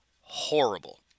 horrible